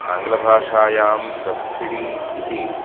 आङ्ग्लभाषायां सब्सिडि इति